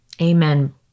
Amen